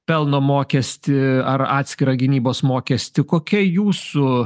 pelno mokestį ar atskirą gynybos mokestį kokia jūsų